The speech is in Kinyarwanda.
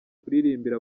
kuririmba